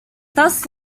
thus